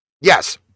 Yes